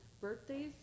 birthdays